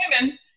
Women